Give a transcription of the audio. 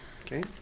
Okay